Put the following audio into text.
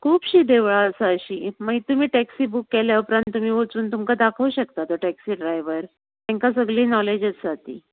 खूपशीं देवळां आसा अशीं मागीर तुमी टॅक्सि बूक केल्या उपरांत तुमी वचून तुमकां दाखोवं शकतां तुमकां टॅक्सि ड्रायव्हर तांकां सगली नोलेज आसा ती